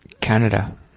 Canada